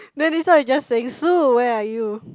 then this one is just saying Sue where are you